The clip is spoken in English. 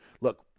look